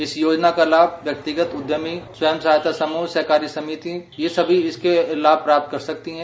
इस योजना का लाभ व्यक्तिगत उद्यमी स्वयं सहायता समूह सहकारी समिति यह सभी इसके लाभ प्राप्त कर सकती है